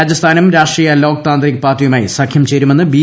രാജസ്ഥാനിൽ രാഷ്ട്രീയി ലോക് താന്ത്രിക് പാർട്ടിയുമായി സഖ്യം ചേരുമെന്ന് ബി